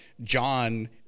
John